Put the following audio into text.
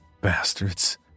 bastards